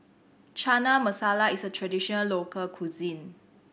Chana Masala is a traditional local cuisine